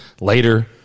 later